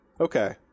Okay